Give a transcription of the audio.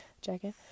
jacket